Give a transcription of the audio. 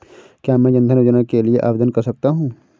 क्या मैं जन धन योजना के लिए आवेदन कर सकता हूँ?